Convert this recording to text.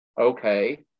Okay